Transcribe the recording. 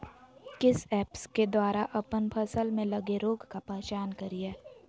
किस ऐप्स के द्वारा अप्पन फसल में लगे रोग का पहचान करिय?